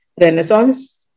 Renaissance